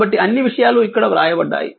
కాబట్టి అన్ని విషయాలు ఇక్కడ వ్రాయబడ్డాయి